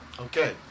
Okay